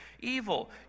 evil